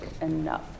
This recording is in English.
enough